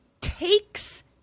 takes